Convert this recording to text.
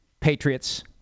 Patriots